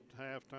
halftime